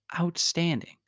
outstanding